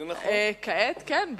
כעת, כן.